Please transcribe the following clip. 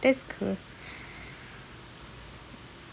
that's cool